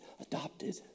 adopted